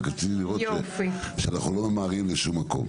רק רציתי לראות שאנחנו לא ממהרים לשום מקום.